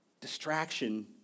Distraction